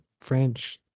French